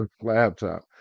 laptop